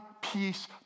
peace